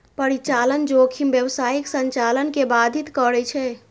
परिचालन जोखिम व्यावसायिक संचालन कें बाधित करै छै